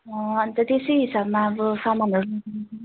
अन्त त्यसै हिसाबमा अब सामानहरू